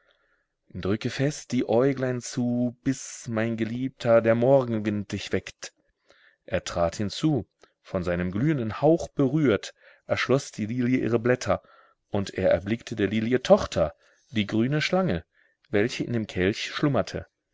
drücke fest die äuglein zu bis mein geliebter der morgenwind dich weckt er trat hinzu von seinem glühenden hauch berührt erschloß die lilie ihre blätter und er erblickte der lilie tochter die grüne schlange welche in dem kelch schlummerte